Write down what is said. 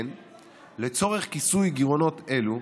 לצורך כיסוי גירעונות אלו,